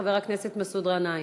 חבר הכנסת מסעוד גנאים.